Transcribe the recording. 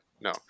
No